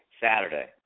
Saturday